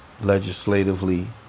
legislatively